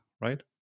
right